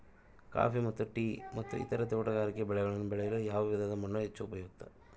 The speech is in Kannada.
ಕಾಫಿ ಮತ್ತು ಟೇ ಮತ್ತು ಇತರ ತೋಟಗಾರಿಕೆ ಬೆಳೆಗಳನ್ನು ಬೆಳೆಯಲು ಯಾವ ವಿಧದ ಮಣ್ಣು ಹೆಚ್ಚು ಉಪಯುಕ್ತ?